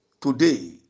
today